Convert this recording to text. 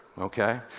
okay